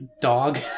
dog